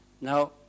Now